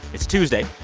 it's tuesday,